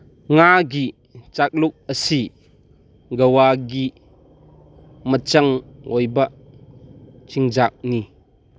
ꯉꯥꯒꯤ ꯆꯥꯛꯂꯨꯛ ꯑꯁꯤ ꯒꯋꯥꯒꯤ ꯃꯆꯪ ꯑꯣꯏꯕ ꯆꯤꯟꯖꯥꯛꯅꯤ